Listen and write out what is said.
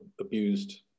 abused